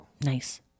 Nice